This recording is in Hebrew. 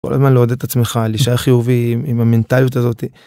כל הזמן לעודד את עצמך להישאר חיובי עם המנטליות הזאת